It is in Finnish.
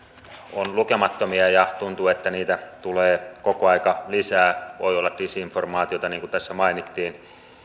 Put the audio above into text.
on lukemattomia ja tuntuu että niitä tulee koko aika lisää voi olla disinformaatiota niin kuin tässä mainittiin